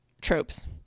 tropes